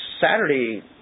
Saturday